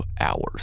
hours